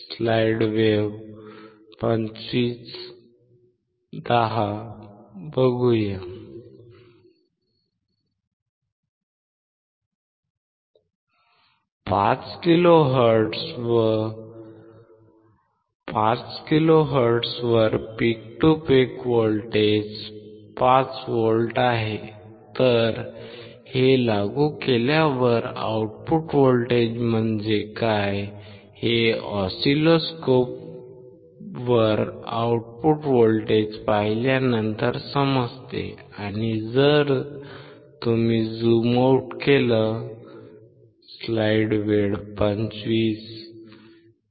5KHz वर peak to peak voltage 5 volt आहे तर हे लागू केल्यावर आउटपुट व्होल्टेज म्हणजे काय हे ऑसिलोस्कोपवर आउटपुट व्होल्टेज पाहिल्यानंतर समजते आणि जर तुम्ही झूम आउट केले तर